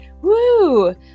woo